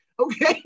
Okay